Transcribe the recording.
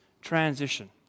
transition